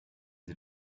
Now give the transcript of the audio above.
sie